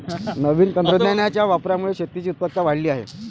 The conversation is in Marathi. नवीन तंत्रज्ञानाच्या वापरामुळे शेतीची उत्पादकता वाढली आहे